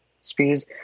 speeds